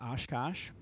Oshkosh